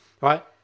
right